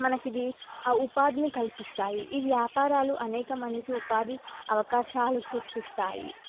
మనకు ఇది ఉపాధిని కల్పిస్తాయి ఈ వ్యాపారాలు అనేక మందికి ఉపాధి అవకాశాలు సృష్టిస్తాయి